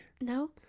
No